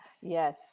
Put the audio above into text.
Yes